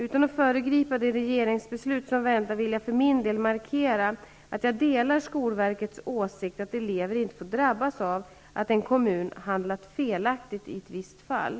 Utan att föregripa det regeringsbeslut som väntar vill jag för min del markera att jag delar skolverkets åsikt, att elever inte får drabbas av att en kommun kan ha handlat felaktigt i ett visst fall.